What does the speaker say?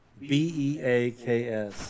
B-E-A-K-S